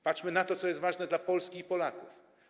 Patrzmy na to, co jest ważne dla Polski i Polaków.